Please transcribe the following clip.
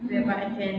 um